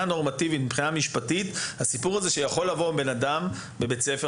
נורמטיבית ומשפטית הסיפור שיכול להגיע אדם לבית הספר,